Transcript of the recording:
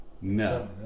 No